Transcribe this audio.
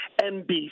NBC